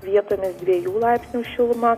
vietomis dviejų laipsnių šilumą